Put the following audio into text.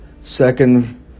second